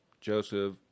Joseph